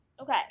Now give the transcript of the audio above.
Okay